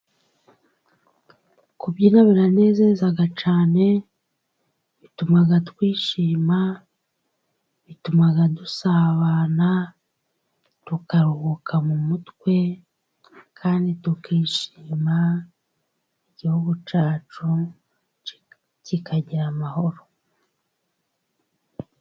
Kubyina biranezezaga cyane; bitumaga twishima, bitumaga dusabana, tukaruhuka mu mutwe, kandi tukishima, igihugu cyacu kikagira amahoro.